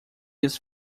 his